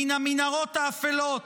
מן המנהרות האפלות.